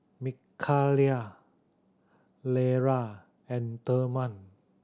Mikayla Lera and Therman